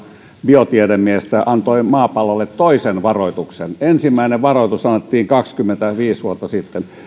biotiedemiestä antoi maapallolle toisen varoituksen ensimmäinen varoitus annettiin kaksikymmentäviisi vuotta sitten